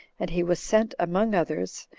and he was sent among others,